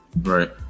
right